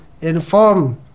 inform